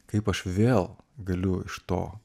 kaip aš vėl galiu iš to